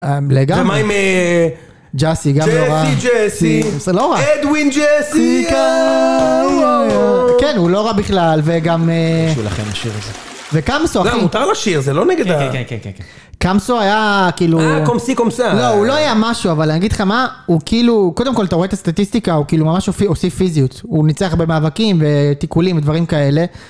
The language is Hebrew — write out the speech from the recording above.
לגמרי..מה עם... ג'סי, גם לא רע. ג'סי, ג'סי. זה לא רע. אדווין ג'סיקה. כן, הוא לא רע בכלל, וגם... תתביישו לכם עם השיר הזה. זה קמסו אחי..מותר לשיר, זה לא נגד ה.. כן כן כן כן.. קמסו היה כאילו... אה, קומסי קומסה. לא, הוא לא היה משהו, אבל אני אגיד לך מה... הוא כאילו... קודם כל, אתה רואה את הסטטיסטיקה, הוא כאילו ממש הוסיף פיזיות. הוא ניצח במאבקים, ותיקולים, ודברים כאלה.